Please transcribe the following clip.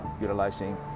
Utilizing